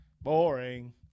Boring